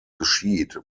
geschieht